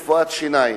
רפואת שיניים.